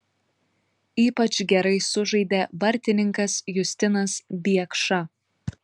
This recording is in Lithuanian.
ypač gerai sužaidė vartininkas justinas biekša